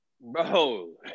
Bro